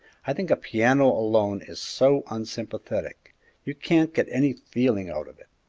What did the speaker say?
i think a piano alone is so unsympathetic you can't get any feeling out of it!